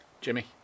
Jimmy